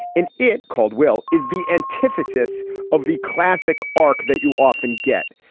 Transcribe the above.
in it, caldwell is the antithesis of the classic arc that you often get.